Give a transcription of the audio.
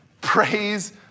Praise